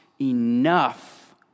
enough